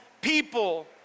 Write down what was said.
people